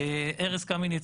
ארז קמיניץ,